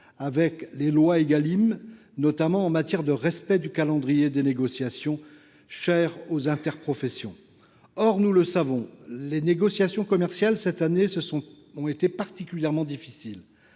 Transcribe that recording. avec les lois Égalim, notamment en matière de respect du calendrier des négociations, cher aux interprofessions. Nous savons que les négociations commerciales ont été particulièrement difficiles